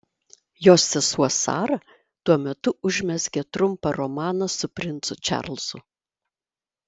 jos sesuo sara tuo metu užmezgė trumpą romaną su princu čarlzu